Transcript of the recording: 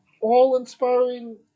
all-inspiring